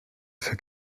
für